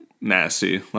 nasty